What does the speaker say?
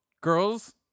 Girls